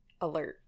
alert